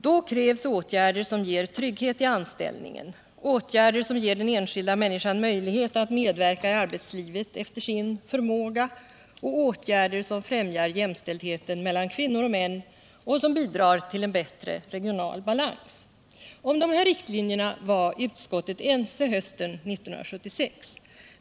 Då krävs åtgärder som ger trygghet i anställningen, åtgärder som ger den enskilda människan möjlighet att medverka i arbetslivet efter sin förmåga och åtgärder som främjar jämställdheten mellan kvinnor och män och som bidrar till en bättre regional balans. Om de här riktlinjerna var utskottet ense hösten 1976.